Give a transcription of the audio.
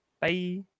bye